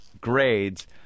grades